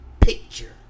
picture